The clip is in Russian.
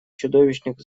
чудовищных